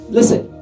Listen